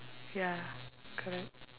ya correct